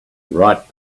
right